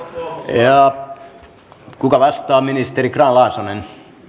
kuka vastaa ministeri grahn laasonen